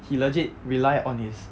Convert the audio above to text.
he legit rely on his